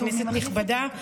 כנסת נכבדה,